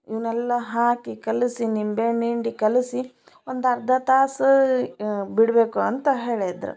ಇವನ್ನೆಲ್ಲ ಹಾಕಿ ಕಲಸಿ ನಿಂಬೆಹಣ್ಣು ಹಿಂಡಿ ಕಲಸಿ ಒಂದು ಅರ್ಧ ತಾಸು ಬಿಡಬೇಕು ಅಂತ ಹೇಳಿದ್ರು